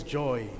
joy